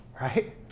right